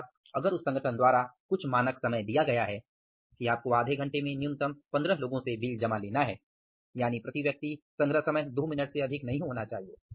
अर्थात अगर उस संगठन द्वारा कुछ मानक समय दिया गया है कि आपको आधे घंटे में न्यूनतम 15 लोगों से बिल जमा लेना है यानि प्रति व्यक्ति संग्रह समय 2 मिनट से अधिक नहीं होना चाहिए